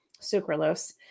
sucralose